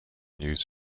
news